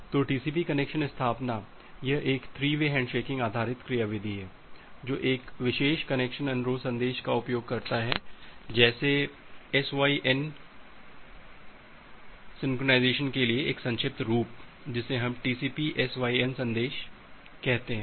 तो TCP connection स्थापना यह एक थ्री वे हैंडशेकिंग आधारित क्रियाविधि है जो एक विशेष कनेक्शन अनुरोध संदेश का उपयोग करता है जिसे SYN कहा जाता है सिंक्रनाइज़ेशन के लिए एक संक्षिप्त रूप जिसे हम टीसीपी SYN संदेश कहते हैं